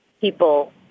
people